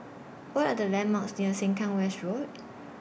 What Are The landmarks near Sengkang West Road